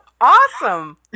awesome